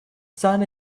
sun